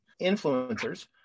influencers